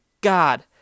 God